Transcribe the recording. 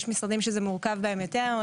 יש משרדים שזה מורכב בהם יותר,